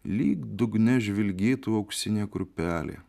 lyg dugne žvilgėtų auksinė kurpelė